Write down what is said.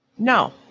No